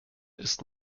ist